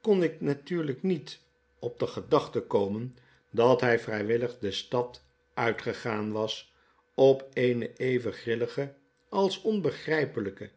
kon ik natuurlijk niet op de gedachte komen dat hij vry willig de stad uitgegaan was op eene even grilhge als onbegrijpeiykie